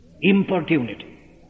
importunity